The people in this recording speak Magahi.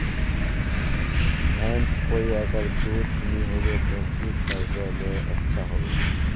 भैंस कोई अगर दूध नि होबे तो की करले ले अच्छा होवे?